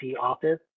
office